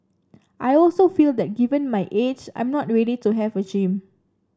I also feel that given my age I'm not ready to have a gym